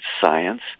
science